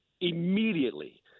immediately